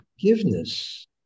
forgiveness